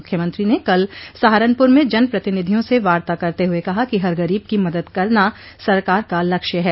मुख्यमंत्री ने कल सहारनपुर में जन प्रतिनिधियों से वार्ता करते हुए कहा कि हर गरीब की मद्द करना सरकार का लक्ष्य है